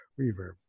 reverb